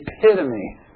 epitome